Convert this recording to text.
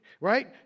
Right